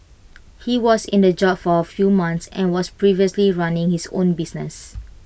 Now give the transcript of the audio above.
he was in the job for A few months and was previously running his own business